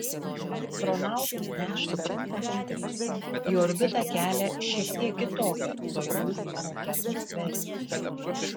astronautus nešančias kapsules į orbitą kelia šiek tiek kitokia sojuz raketos versija